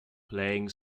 playing